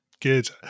Good